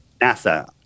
NASA